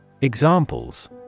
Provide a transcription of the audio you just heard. Examples